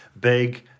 big